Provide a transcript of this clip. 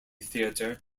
theatre